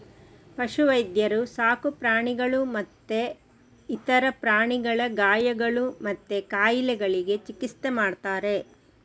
ಪಶು ವೈದ್ಯರು ಸಾಕು ಪ್ರಾಣಿಗಳು ಮತ್ತೆ ಇತರ ಪ್ರಾಣಿಗಳ ಗಾಯಗಳು ಮತ್ತೆ ಕಾಯಿಲೆಗಳಿಗೆ ಚಿಕಿತ್ಸೆ ಮಾಡ್ತಾರೆ